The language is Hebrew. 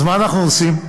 אז מה אנחנו עושים?